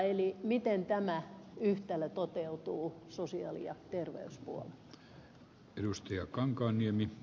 eli miten tämä yhtälö toteutuu sosiaali ja terveyspuolella